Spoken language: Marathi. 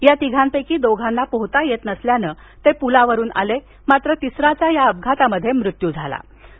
या तिघांपैकी दोघांना पोहता येत असल्याने ते पुलावर आले मात्र तिसऱ्याचा या अपघातात मृत्यू झाला आहे